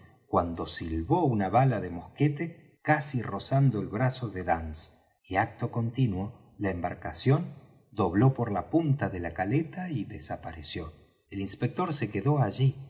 cuando silbó una bala de mosquete casi rozando el brazo de dance y acto continuo la embarcación dobló la punta de la caleta y desapareció el inspector se quedó allí